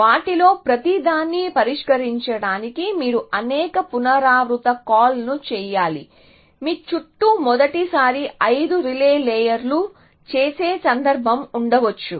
వాటిలో ప్రతిదాన్ని పరిష్కరించడానికి మీరు అనేక పునరావృత కాల్లను చేయాలి మీ చుట్టూ మొదటిసారి 5 రిలే లేయర్లు చేసే సందర్భం ఉండవచ్చు